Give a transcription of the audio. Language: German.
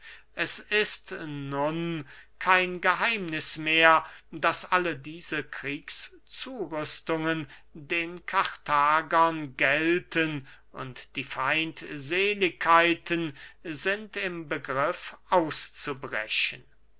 es ist nun kein geheimniß mehr daß alle diese kriegszurüstungen den karthagern gelten und die feindseligkeiten sind im begriff auszubrechen